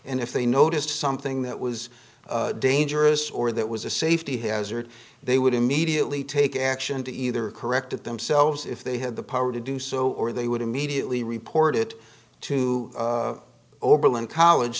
and if they noticed something that was dangerous or that was a safety hazard they would immediately take action to either correct it themselves if they had the power to do so or they would immediately report it to oberlin college